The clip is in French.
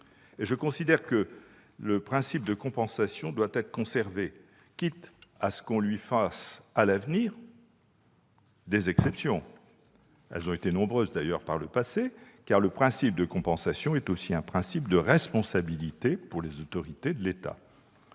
Je considère que le principe de compensation doit être conservé, quitte à ce qu'on y fasse, à l'avenir, des exceptions plus nombreuses que par le passé, car le principe de compensation est aussi un principe de responsabilité pour les autorités de l'État.